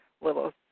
little